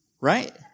Right